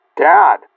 Dad